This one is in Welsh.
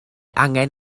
angen